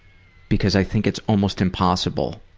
because i think it's almost impossible